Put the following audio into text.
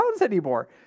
anymore